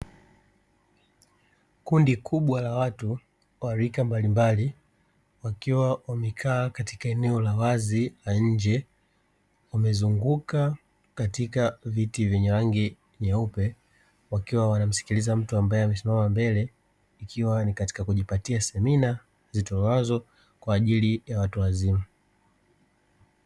Kundi kubwa la watu wa rika mbalimbali wakiwa wamekaa katika eneo la wazi la nje, umezunguka katika viti vyenye rangi nyeupe wakiwa wanamsikiliza mtu ambaye amesimama mbele. Ikiwa ni katika kujipatia semina zitolewazo kwa ajili ya watu wazima.